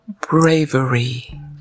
bravery